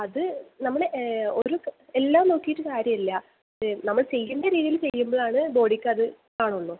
അത് നമ്മൾ ഒരു എല്ലാം നോക്കിയിട്ട് കാര്യമില്ല അത് നമ്മൾ ചെയ്യേണ്ട രീതിയിൽ ചെയ്യുമ്പോളാണ് ബോഡിക്കത് കാണുളളൂ